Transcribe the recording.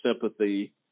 sympathy